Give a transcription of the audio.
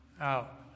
out